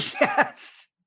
Yes